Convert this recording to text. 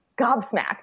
gobsmacked